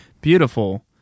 beautiful